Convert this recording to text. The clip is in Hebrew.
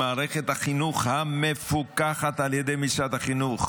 ממערכת החינוך המפוקחת על ידי משרד החינוך.